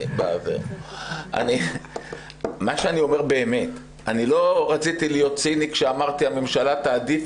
אני אומר באמת שלא רציתי להיות ציני כשאמרתי שהממשלה תעדיף,